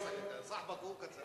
סחבק הוא כצל'ה.